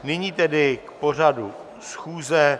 Nyní tedy k pořadu schůze.